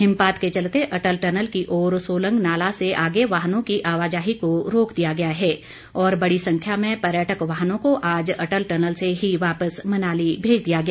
हिमपात के चलते अटल टनल की ओर सोलंग नाला से आगे वाहनों की आवाजाही को रोक दिया गया है और बड़ी सख्यां में पर्यटन वाहनों को आज अटल टनल से ही वापस मनाली भेज दिया गया